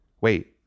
Wait